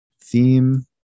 theme